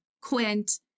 Quint